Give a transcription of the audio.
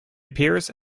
appears